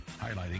highlighting